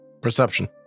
Perception